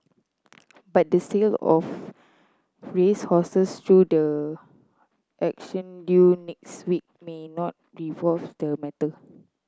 but the sale of racehorses through the auction due next week may not resolve the matter